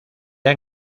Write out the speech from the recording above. han